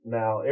now